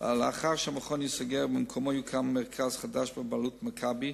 לאחר שהמכון ייסגר ובמקומו יוקם מרכז חדש בבעלות "מכבי",